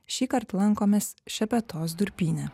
šįkart lankomės šepetos durpyne